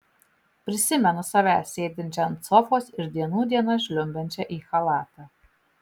prisimenu save sėdinčią ant sofos ir dienų dienas žliumbiančią į chalatą